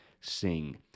sing